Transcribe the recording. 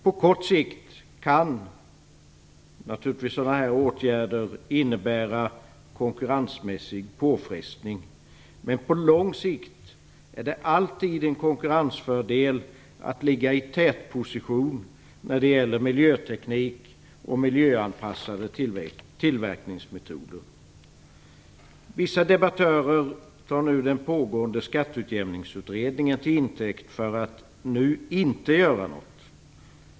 På kort sikt kan naturligtvis sådana här åtgärder innebära konkurrensmässig påfrestning, men på lång sikt är det alltid en konkurrensfördel att ligga i tätposition när det gäller miljöteknik och miljöanpassade tillverkningsmetoder. Vissa debattörer tar nu den pågående Skatteutjämningsutredningen till intäkt för att inte göra något.